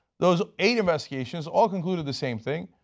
those eight investigations all concluded the same thing,